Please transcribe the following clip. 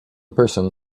person